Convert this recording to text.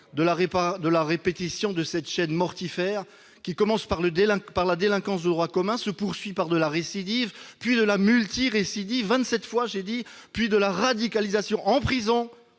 de la répétition de cette chaîne mortifère, qui commence par de la délinquance de droit commun et se poursuit par de la récidive et de la multirécidive- vingt-sept fois !-, puis par une radicalisation en prison,